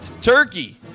turkey